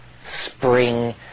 spring